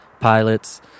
pilots